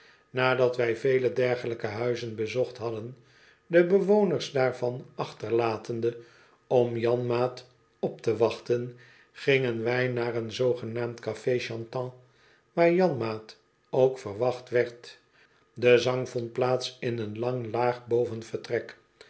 nadat wij vele dergelijke huizen bezocht hadden de bewoners daarvan achterlatende om janmaat op te wachten gingen wij naar een zoogenaamd café chantant waar janmaat ook verwacht werd de zang vond plaats in een lang